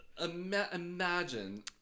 Imagine